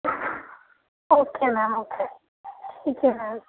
okay ma'am okay ٹھیک ہے میم